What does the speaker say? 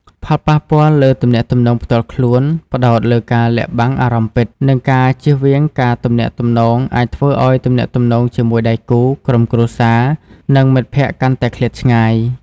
ផលប៉ះពាល់លើទំនាក់ទំនងផ្ទាល់ខ្លួន ផ្តោតលើការលាក់បាំងអារម្មណ៍ពិត និងការជៀសវាងការទំនាក់ទំនងអាចធ្វើឱ្យទំនាក់ទំនងជាមួយដៃគូ ក្រុមគ្រួសារ និងមិត្តភក្តិកាន់តែឃ្លាតឆ្ងាយ។